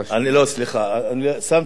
שמתי לב שהגעת, אני מסיים.